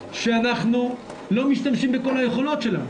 שאנחנו לא משתמשים בכל היכולות שלה.